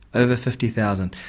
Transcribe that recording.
over fifty thousand.